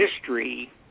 history